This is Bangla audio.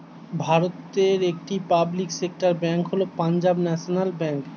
ভারতের একটি পাবলিক সেক্টর ব্যাঙ্ক হল পাঞ্জাব ন্যাশনাল ব্যাঙ্ক